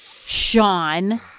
Sean